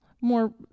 More